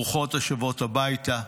ברוכות השבות הביתה.